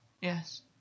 yes